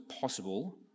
possible